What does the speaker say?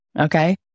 Okay